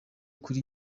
kuri